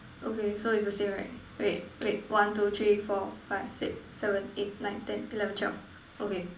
okay so it's the same right wait wait one two three four five six seven eight nine ten eleven twelve okay